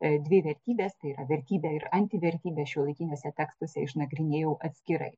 dvi vertybes tai yra vertybę ir antivertybę šiuolaikiniuose tekstuose išnagrinėjau atskirai